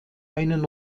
einen